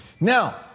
Now